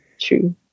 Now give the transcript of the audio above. True